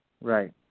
Right